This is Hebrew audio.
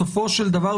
בסופו של דבר,